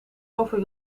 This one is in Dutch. over